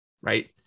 right